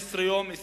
15 20 יום.